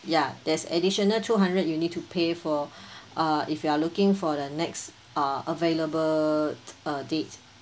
ya there's additional two hundred you need to pay for uh if you are looking for the next err available err date